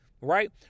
right